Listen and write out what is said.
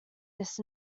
this